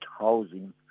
housing